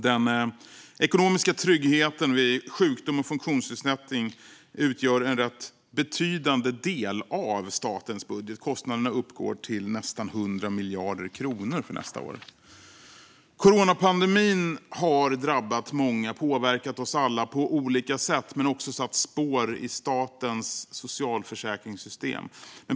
Den ekonomiska tryggheten vid sjukdom och funktionsnedsättning utgör en rätt betydande del av statens budget - kostnaderna uppgår till nästan 100 miljarder kronor för nästa år. Coronapandemin har drabbat många och påverkat oss alla på olika sätt, men den har också satt spår i statens socialförsäkringssystem.